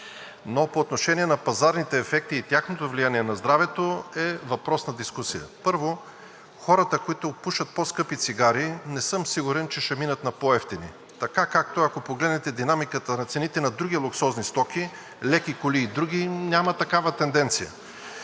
но по отношение на пазарните ефекти и тяхното влияние на здравето е въпрос на дискусия. Първо, хората, които пушат по-скъпи цигари, не съм сигурен, че ще минат на по-евтини, така както ако погледнете динамиката на цените на други луксозни стоки – леки коли и други, няма такава тенденция.